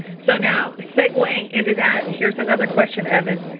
so now segueing into that, here's another question, evan.